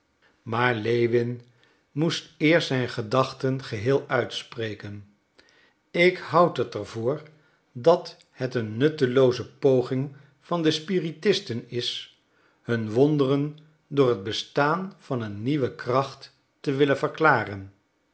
maar lewin moest eerst zijn gedachten geheel uitspreken ik houd het er voor dat het een nuttelooze poging van de spiritisten is hun wonderen door het bestaan van een nieuwe kracht te willen verklaren